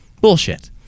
Bullshit